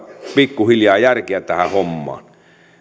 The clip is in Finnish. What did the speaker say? pikkuhiljaa järkeä